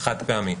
חד-פעמי.